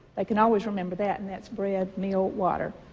like and always remember that. and that's bread, meal, water.